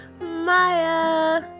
Maya